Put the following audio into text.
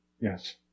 Yes